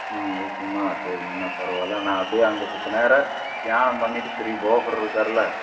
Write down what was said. ம் ஓகேம்மா சரி நின்றா பரவாயில்ல நான் அப்படியே அங்கே சித்த நேரம் தியானம் பண்ணிவிட்டு ஸ்ரீபோகர் இருக்கார்ல